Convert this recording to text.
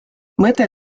mõte